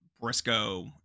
Briscoe